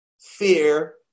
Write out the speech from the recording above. fear